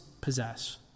possess